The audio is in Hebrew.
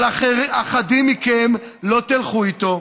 אבל אחדים מכם לא תלכו איתו,